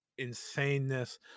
insaneness